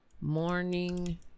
Morning